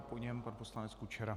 Po něm pan poslanec Kučera.